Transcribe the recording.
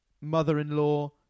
mother-in-law